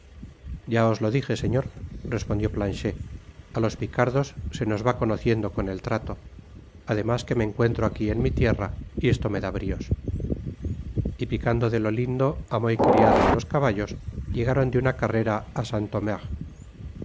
ya os lo dije señor respondió planchet á los picardos se nos va cono ciendo con el trato además que me encuentro aqui en mi tierra y esto me da brios y picando de lo lindo amo y criado á los caballos llegaron de una carrera